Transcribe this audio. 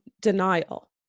denial